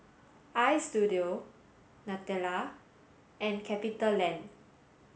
Istudio Nutella and CapitaLand